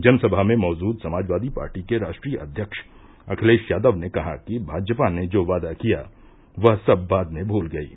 जनसभा में मौजूद समाजवादी पार्टी के राष्ट्रीय अध्यक्ष अखिलेश यादव ने कहा कि भाजपा ने जो वादा किया वह सब बाद में भूल गयी